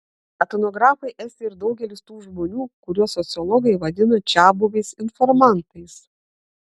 etnografai esti ir daugelis tų žmonių kuriuos sociologai vadina čiabuviais informantais